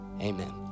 amen